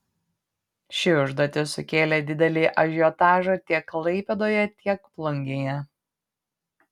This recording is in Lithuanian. ši užduotis sukėlė didelį ažiotažą tiek klaipėdoje tiek plungėje